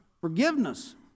forgiveness